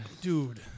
Dude